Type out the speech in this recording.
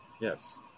Yes